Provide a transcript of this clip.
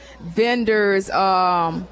vendors